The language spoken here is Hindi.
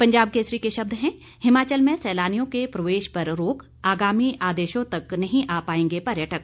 पंजाब केसरी के शब्द हैं हिमाचल में सैलानियों के प्रवेश पर रोक आगामी आदेशों तक नहीं आ पाएंगे पर्यटक